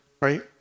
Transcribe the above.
right